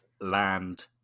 land